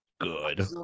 good